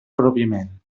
pròpiament